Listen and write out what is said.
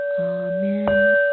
Amen